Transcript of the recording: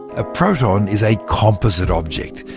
a proton is a composite object,